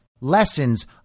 lessons